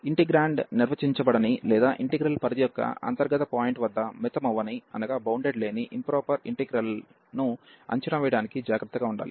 integrand నిర్వచించబడని లేదా integral పరిధి యొక్క అంతర్గత పాయింట్ వద్ద మితమవని లేని ఇంప్రాపర్ ఇంటిగ్రల్ లు ను అంచనా వేయడానికి జాగ్రత్తగా ఉండాలి